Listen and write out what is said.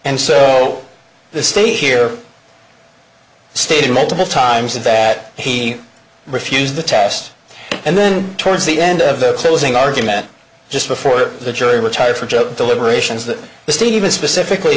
and so the stay here stated multiple times that he refused the test and then towards the end of the closing argument just before the jury retired for job deliberations that stephen specifically